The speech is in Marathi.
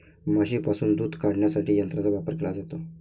म्हशींपासून दूध काढण्यासाठी यंत्रांचा वापर केला जातो